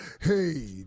Hey